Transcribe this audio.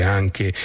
anche